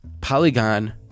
Polygon